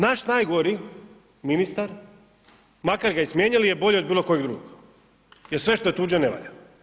Naš najgori ministar makar ga i smijenili je bolji od bilo kojeg drugog jer sve što tuđe, ne valja.